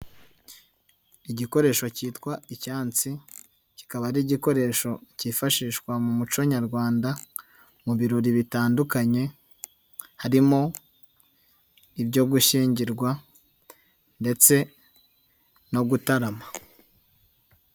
Igikoresho kitwa icyansi kikaba ari igikoresho kifashishwa mu muco nyarwanda mu birori bitandukanye harimo ibyo gushyingirwa ndetse no gutarama.